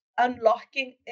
unlocking